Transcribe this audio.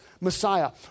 Messiah